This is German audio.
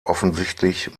offensichtlich